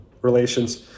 relations